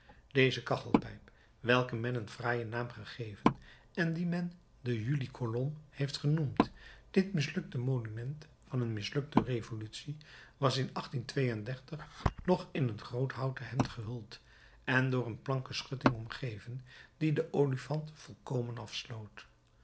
deze kachelpijp welke men een fraaien naam gegeven en die men de juli kolom heeft genoemd dit mislukte monument van een mislukte revolutie was in nog in een groot houten hemd gehuld en door een planken schutting omgeven die den olifant volkomen afsloot